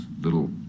little